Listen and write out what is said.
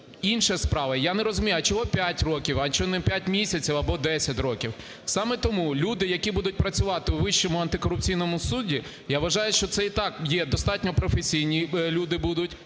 Інша справа, я не розумію, а чого 5 років. А чого не 5 місяців або 10 років? Саме тому люди, які будуть працювати у Вищому антикорупційному суді, я вважаю, що це і так є достатньо професійні люди будуть